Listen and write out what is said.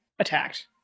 attacked